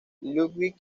ludwig